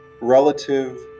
relative